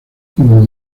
como